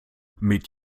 mit